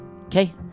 Okay